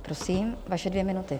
Prosím, vaše dvě minuty.